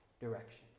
direction